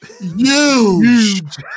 Huge